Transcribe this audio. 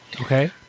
Okay